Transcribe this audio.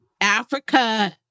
Africa